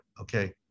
okay